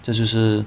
这就是